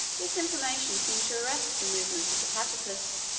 this information seemed to arrest the movements of the platypus